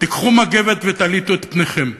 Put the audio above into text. תיקחו מגבת ותליטו את פניכם,